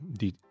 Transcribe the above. die